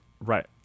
right